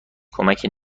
کمکی